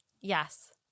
yes